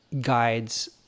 guides